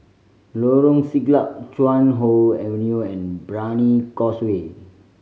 Lorong Siglap Chuan Hoe Avenue and Brani Causeway